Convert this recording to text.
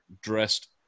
dressed